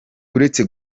uretse